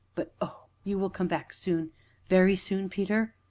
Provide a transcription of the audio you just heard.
but oh you will come back soon very soon, peter?